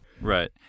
Right